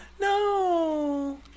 No